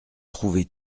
trouvé